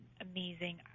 amazing